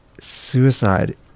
suicide